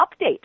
update